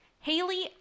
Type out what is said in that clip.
Haley